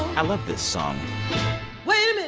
i love this song wait a minute